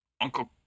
Uncle